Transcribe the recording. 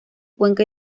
cuenca